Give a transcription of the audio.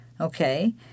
okay